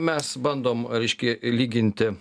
mes bandom reiškia lyginti